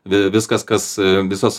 vi viskas kas visas